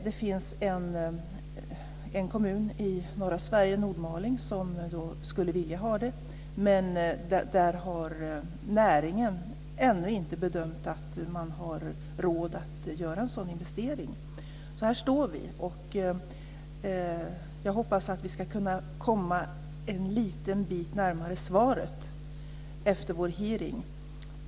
Det finns en kommun i norra Sverige, Nordmaling, som skulle vilja ha detta, men näringen har bedömt att man ännu inte har råd att göra en sådan investering. Här står vi. Jag hoppas att vi ska kunna komma en liten bit närmare svaret genom vår hearing.